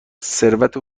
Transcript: ثروت